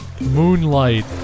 moonlight